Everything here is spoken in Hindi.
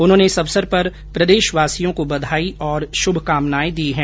उन्होंने इस अवसर पर प्रदेशवासियों को बधाई और शुभकामनाएं दी हैं